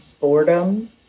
boredom